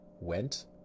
went